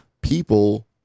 People